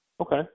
okay